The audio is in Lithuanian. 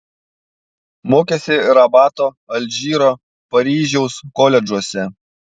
mokėsi rabato alžyro paryžiaus koledžuose